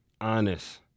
Honest